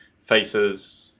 faces